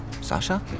Sasha